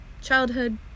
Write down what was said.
childhood